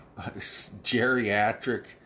geriatric